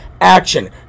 action